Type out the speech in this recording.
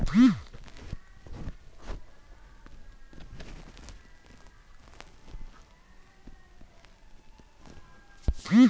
Utility bill ಪಾವತಿಗೆ ನಾ ಹೆಂಗ್ ನೋಂದಣಿ ಮಾಡ್ಸಬೇಕು?